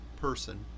person